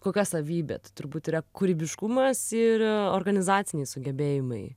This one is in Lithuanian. kokia savybė tai turbūt yra kūrybiškumas ir organizaciniai sugebėjimai